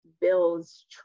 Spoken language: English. builds